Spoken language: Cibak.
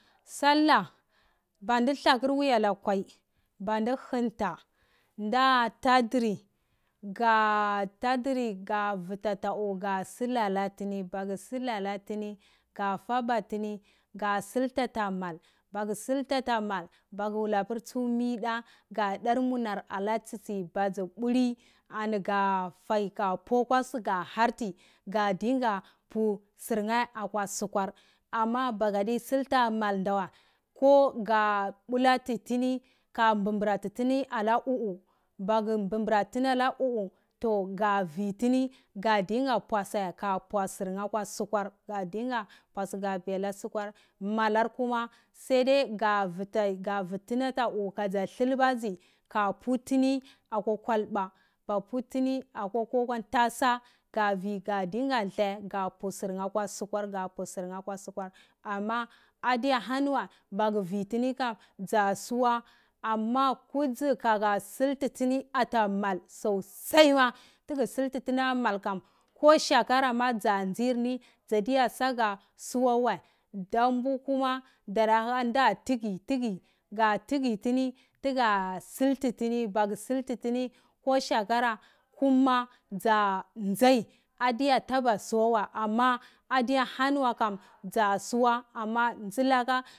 Sallah badur lakor woya la kwai bodo honta ka tadri ga tadriga vuba ta uwu ga sullalatuni bagu sullala tini ga sulta ta ma bagwau wda por tso mida go dar munar ala tsi tsi ka dzi blu ka ga ɓalafai ka pu akwa su ka horti ga dinga pu surnai akwa sukwar ama bagaɗi sultata mal nda wai ko ga bulati tini ko ga mbu mburatitini akwa oho bagu mbrotini la ohu toh ga vwi tini ka dunga kwosai surnai akwa sukwar go viala sukwur malar kuma gaivotini ata uhu kadzi sulba dzi ka pu tini akwa kwalba ka pu tini ku kwo ntasa ka vwi ka dungu dle ka dinga, pu gor nheh tawa sukwar ama adiaya honi wa magu vwi tini dza suwa ama kudzi kaga sultuntini ata mal sosoai ma togu sultitini sosai ma ko shekora ma nza njir ni zda diga saga suwa wai danɓu kuma dora hapiri nda tigi tigi ga tigi tini tuya sultitini tini ko shekara kuma nza nzai adziya ta aga subwa wa ama adiya hani wu kam dza suwa